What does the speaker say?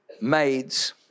maids